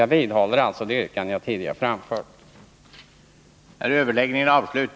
Jag vidhåller därför det yrkande som jag tidigare har framställt.